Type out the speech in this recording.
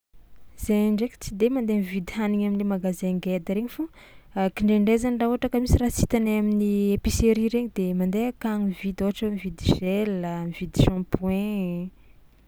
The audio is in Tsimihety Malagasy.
Zahay ndraiky tsy de mandeha mividy hanigny am'le magasin geda regny fô a kindraindray zany raha ohatra ka misy raha tsy hitanay amin'ny épicerie regny de mandeha akagny mividy ôhatra hoe mividy gel a, mividy shampooing.